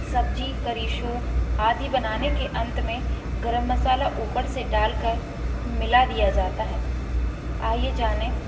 सब्जी curry soup आदि बनाने के अंत में गरम मसाला ऊपर से डालकर मिला दिया जाता है आईये जाने